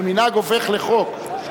ומנהג הופך לחוק.